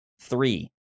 three